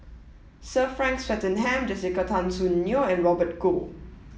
sir Frank Swettenham Jessica Tan Soon Neo and Robert Goh